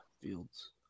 Fields